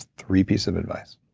three piece of advice